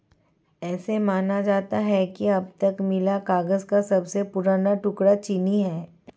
ऐसा माना जाता है कि अब तक मिला कागज का सबसे पुराना टुकड़ा चीनी है